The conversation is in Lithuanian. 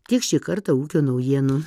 tiek šį kartą ūkio naujienų